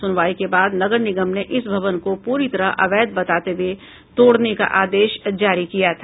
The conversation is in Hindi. सुनवाई के बाद नगर निगम ने इस भवन को पूरी तरह अवैध बताते हुए तोड़ने का आदेश जारी किया था